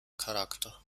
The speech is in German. charakter